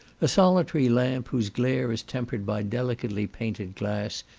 a solitary lamp, whose glare is tempered by delicately painted glass,